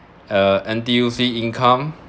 uh N_T_U_C income